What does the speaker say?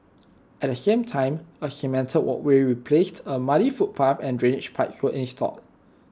at the same time A cemented walkway replaced A muddy footpath and drainage pipes were installed